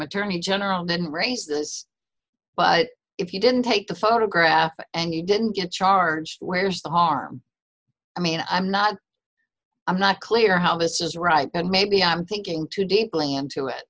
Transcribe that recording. attorney general then raised this but if you didn't take the photograph and he didn't get charged where's the harm i mean i'm not i'm not clear how this is right and maybe i'm thinking too deeply